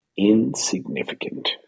Insignificant